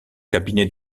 cabinet